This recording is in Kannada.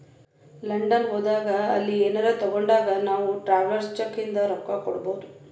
ಲಂಡನ್ ಹೋದಾಗ ಅಲ್ಲಿ ಏನರೆ ತಾಗೊಂಡಾಗ್ ನಾವ್ ಟ್ರಾವೆಲರ್ಸ್ ಚೆಕ್ ಇಂದ ರೊಕ್ಕಾ ಕೊಡ್ಬೋದ್